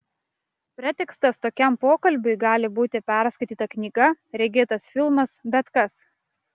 pretekstas tokiam pokalbiui gali būti perskaityta knyga regėtas filmas bet kas